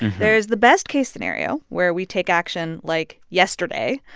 there is the best-case scenario, where we take action, like, yesterday.